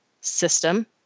system